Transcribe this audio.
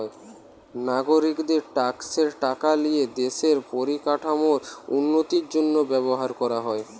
নাগরিকদের ট্যাক্সের টাকা লিয়ে দেশের পরিকাঠামোর উন্নতির জন্য ব্যবহার করা হয়